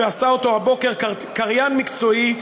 ועשה אותו הבוקר קריין מקצועי,